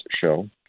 show